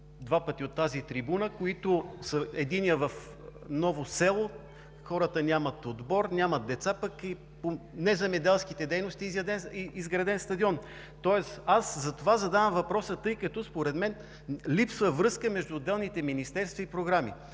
два пъти от тази трибуна – единият в Ново село, където хората нямат отбор, нямат деца, пък по неземеделските дейности е изграден стадион. Аз затова задавам въпроса, тъй като според мен липсва връзка между отделните министерства и програми.